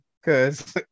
Cause